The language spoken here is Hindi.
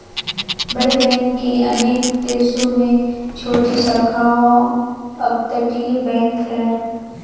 बड़े बैंक की अनेक देशों में छोटी शाखाओं अपतटीय बैंक है